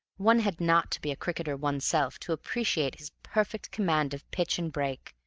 one had not to be a cricketer oneself to appreciate his perfect command of pitch and break,